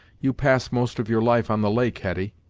you pass most of your life on the lake, hetty.